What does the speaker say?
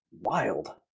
Wild